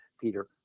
Peter